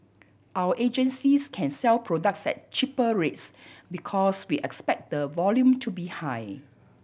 our agencies can sell products at cheaper rates because we expect the volume to be high